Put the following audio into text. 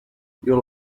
you